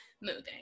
moving